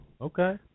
Okay